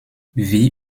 wie